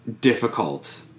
difficult